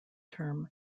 term